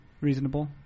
Reasonable